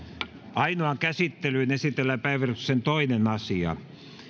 ainoaan käsittelyyn esitellään päiväjärjestyksen toinen asia